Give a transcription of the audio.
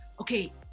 okay